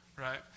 right